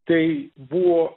tai buvo